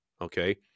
okay